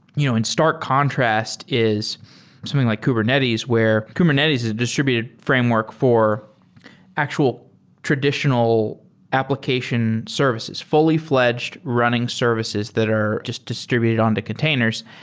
you know and start contrast, is something like kubernetes where kubernetes is a distributed framework for actual traditional application services, fully-fl edged running services that are just distributed on to containers.